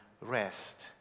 Rest